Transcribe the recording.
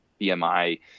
BMI